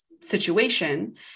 situation